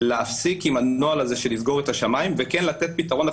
להפסיק עם הנוהל של סגירת השמיים ולתת פתרון,